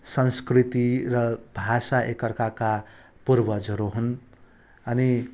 संस्कृति र भाषा एकाअर्काका पूर्वजहरू हुन् अनि